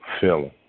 feeling